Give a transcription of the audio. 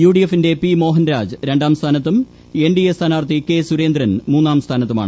യുഡിഎഫിന്റെ പി മോഹൻരാജ് രണ്ടാം സ്ഥാനത്തും എൻഡിഎ സ്ഥാനാർഥി കെ സുരേന്ദ്രൻ മൂന്നാം സന്ഥാനത്തുമാണ്